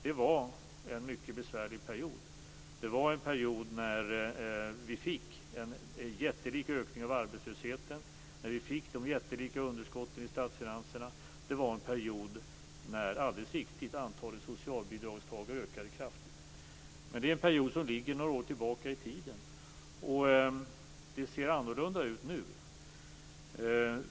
Det var en mycket besvärlig period, när vi fick en enorm ökning av arbetslösheten och jättelika underskott i statsfinanserna. Det var dessutom en period när antalet socialbidragstagare ökade kraftigt. Men detta är en period som ligger några år tillbaka i tiden, och det ser annorlunda ut nu.